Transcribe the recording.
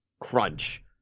crunch